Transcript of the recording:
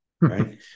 right